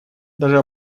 даже